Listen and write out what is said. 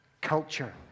culture